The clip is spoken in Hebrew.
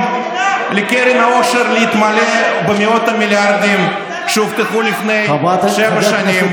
סוף-סוף לקרן העושר להתמלא במאות המיליארדים שהובטחו לפני שבע שנים,